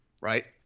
right